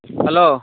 hello